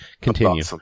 continue